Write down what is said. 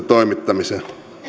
toimittamiseen